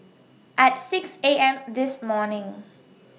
At six A M This morning